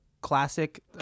classic